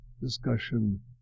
discussion